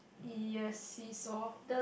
yes seesaw